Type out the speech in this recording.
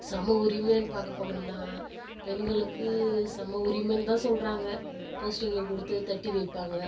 சம உரிமைன்னு பார்க்க போனோம்னா பெண்களுக்கு சம உரிமைந்தான் சொல்கிறாங்க போஸ்ட்டிங்க கொடுத்து தட்டி வைய்பாங்க